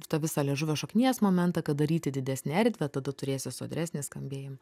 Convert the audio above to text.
tą visą liežuvio šaknies momentą kad daryti didesnę erdvę tada turėsi sodresnį skambėjim